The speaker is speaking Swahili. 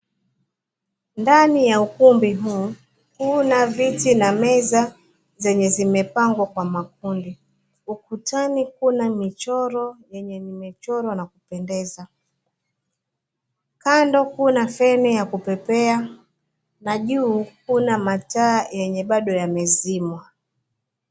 Ndani ya ukumbi huu, kuna viti na meza zenye zimepangwa kwa makundi. Ukutani kuna michoro yenye imechorwa na kupendeza. Kando kuna feni ya kupepea na juu kuna mataa yenye bado yamezimwa.